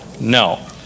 No